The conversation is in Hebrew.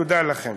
תודה לכם.